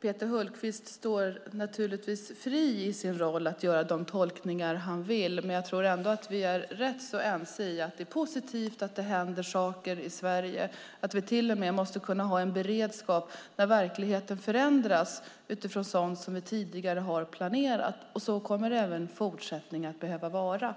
Peter Hultqvist står naturligtvis fri i sin roll att göra de tolkningar han vill. Men jag tror ändå att vi är rätt så ense om att det är positivt att det händer saker i Sverige, att vi till och med måste kunna ha en beredskap att ändra sådant som vi tidigare har planerat när verkligheten förändras, och så kommer det även i fortsättningen att behöva vara.